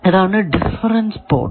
ഇതാണ് difference port